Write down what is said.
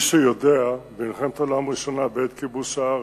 מי שיודע, במלחמת העולם הראשונה, בעת כיבוש הארץ,